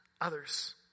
others